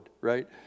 right